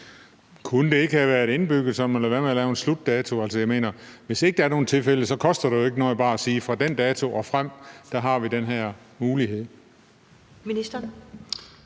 Kunne det ikke have været indbygget, ved at man lod være med at have en slutdato? Jeg mener, at hvis der ikke er nogen tilfælde, koster det jo ikke noget bare at sige, at fra den dato og frem har vi den her mulighed.